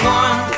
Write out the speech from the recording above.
one